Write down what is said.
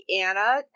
Anna